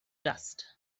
dust